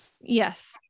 Yes